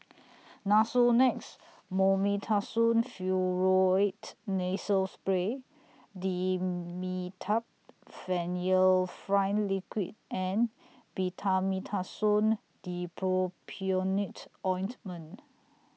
Nasonex Mometasone Furoate Nasal Spray Dimetapp Phenylephrine Liquid and Betamethasone Dipropionate Ointment